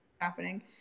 happening